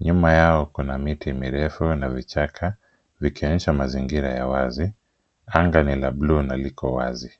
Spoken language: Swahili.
Nyuma yao kuna miti mirefu na vichaka vikionyesha mazingira ya wazi. Anga ni la buluu na liko wazi.